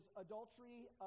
adultery